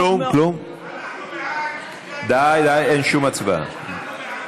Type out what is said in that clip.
די, אין שום הצבעה.